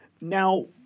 now